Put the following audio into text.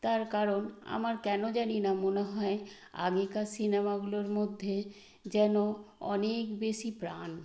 তার কারণ আমার কেন জানি না মনে হয় আগেকার সিনেমাগুলোর মধ্যে যেন অনেক বেশি প্রাণ